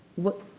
what